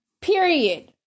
period